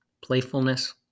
playfulness